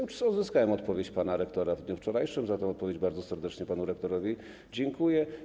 Uzyskałem odpowiedź pana rektora w dniu wczorajszym, za tę odpowiedź bardzo serdecznie panu rektorowi dziękuję.